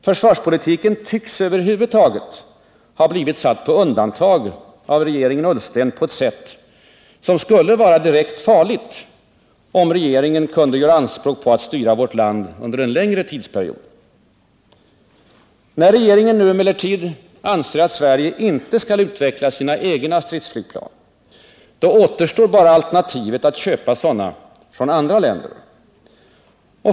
Försvarspolitiken tycks över huvud taget ha blivit satt på undantag av regeringen Ullsten på ett sätt som skulle vara direkt farligt, om regeringen kunde göra anspråk på att styra vårt land under en längre tidsperiod. När regeringen nu emellertid anser att Sverige inte skall utveckla sina egna stridsflygplan återstår bara alternativet att köpa sådana från andra länder.